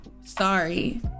sorry